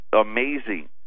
amazing